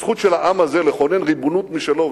על הזכות של העם הזה לכונן ריבונות משלו,